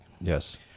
Yes